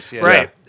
right